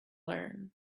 learn